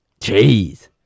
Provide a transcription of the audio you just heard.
Jeez